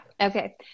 okay